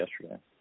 yesterday